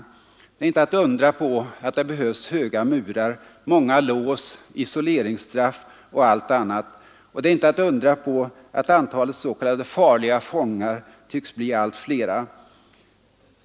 Då är det inte att undra på att det behövs höga murar, många lås, isoleringsstraff och allt annat. Och det är inte att undra på att antalet s.k. farliga fångar tycks bli allt större.